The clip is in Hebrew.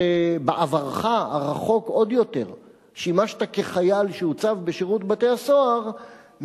שבעברך הרחוק עוד יותר שימשת כחייל שהוצב בשירות בתי-הסוהר,